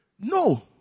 No